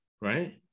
right